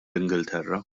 ingilterra